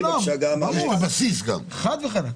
ברור, חד וחלק.